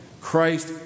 Christ